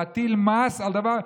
להטיל מס על דבר,